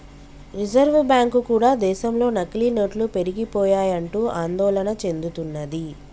reserve bank కూడా దేశంలో నకిలీ నోట్లు పెరిగిపోయాయంటూ ఆందోళన చెందుతున్నది